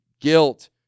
guilt